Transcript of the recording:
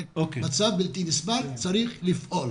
זה מצב בלתי נסבל וצריך לפעול.